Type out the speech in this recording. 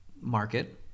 market